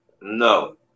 No